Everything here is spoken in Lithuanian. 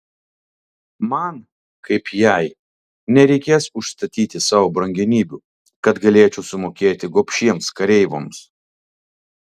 man kaip jai nereikės užstatyti savo brangenybių kad galėčiau sumokėti gobšiems kareivoms